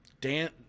Dan